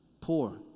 poor